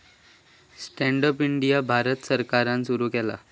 stand up India Bharat सरकारान सुरू केला